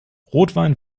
rotwein